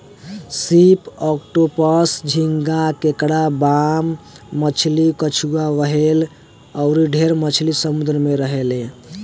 सीप, ऑक्टोपस, झींगा, केकड़ा, बाम मछली, कछुआ, व्हेल अउर ढेरे मछली समुंद्र में रहेले